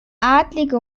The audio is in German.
adlige